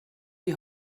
die